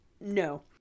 No